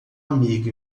amigo